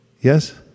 Yes